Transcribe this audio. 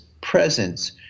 presence